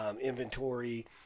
inventory